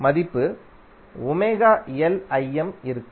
மதிப்பு இருக்கும்